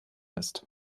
ist